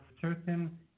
certain